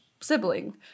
sibling